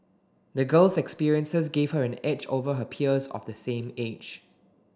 the girl's experiences gave her an edge over her peers of the same age